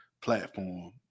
platform